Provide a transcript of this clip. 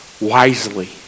Wisely